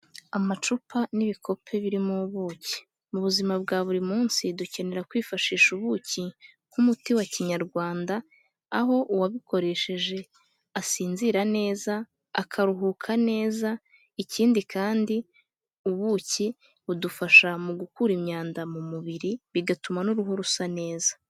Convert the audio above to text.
Amacupa n'ibikope birimo ubuki, mu buzima bwa buri munsi dukenera kwifashisha ubuki nk'umuti wa Kinyarwanda, aho uwabikoresheje asinzira neza akaruhuka neza, ikindi kandi ubuki budufasha mu gukura imyanda mu mubiri, bigatuma n'uruhu rusa neza.